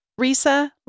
Risa